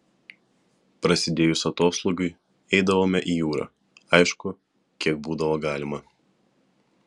prasidėjus atoslūgiui eidavome į jūrą aišku kiek būdavo galima